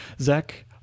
Zach